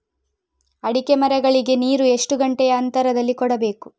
ಅಡಿಕೆ ಮರಗಳಿಗೆ ನೀರು ಎಷ್ಟು ಗಂಟೆಯ ಅಂತರದಲಿ ಕೊಡಬೇಕು?